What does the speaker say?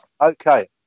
Okay